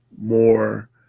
more